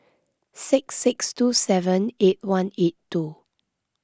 six six two seven eight one eight two